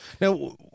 Now